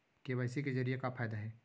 KYC जरिए के का फायदा हे?